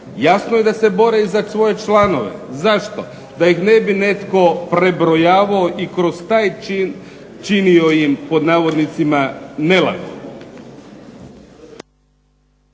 Jasno je da se bore i za svoje članove. Zašto? Da ih ne bi netko prebrojavao i kroz taj čin činio im, pod navodnicima, "nelagodu".